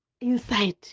inside